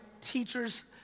teachers